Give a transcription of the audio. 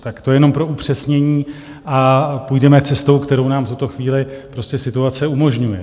Tak to jenom pro upřesnění a půjdeme cestou, kterou nám v tuto chvíli prostě situace umožňuje.